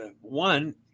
one